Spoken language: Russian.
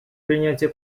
принятия